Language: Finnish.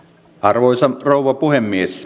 arvoisa rouva puhemies